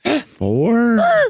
four